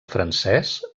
francès